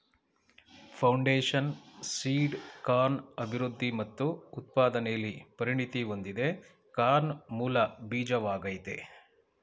foundation seed corn ಅಭಿವೃದ್ಧಿ ಮತ್ತು ಉತ್ಪಾದನೆಲಿ ಪರಿಣತಿ ಹೊಂದಿದೆ ಕಾರ್ನ್ ಮೂಲ ಬೀಜವಾಗಯ್ತೆ